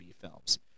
films